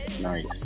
nice